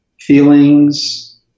Feelings